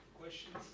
questions